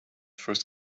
first